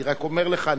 אני רק אומר לך,